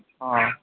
ꯑꯥ